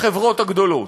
לחברות הגדולות.